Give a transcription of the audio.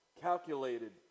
calculated